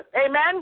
Amen